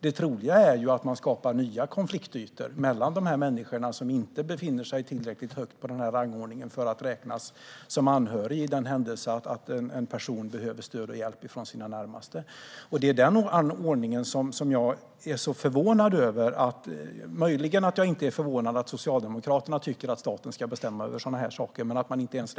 Det troliga är att nya konfliktytor skapas mellan de människor som inte befinner sig tillräckligt högt på rangordningen för att räknas som anhöriga i den händelse att en person behöver stöd och hjälp från sina närmaste. Jag är förvånad över att man inte ens reflekterar över ordningen. Möjligen är jag inte förvånad över att Socialdemokraterna tycker att staten ska bestämma över saker som dessa.